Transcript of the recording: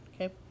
Okay